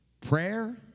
Prayer